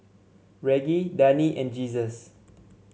Reggie Dani and Jesus